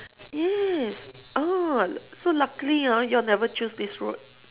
yes uh so luckily ah you all never choose this route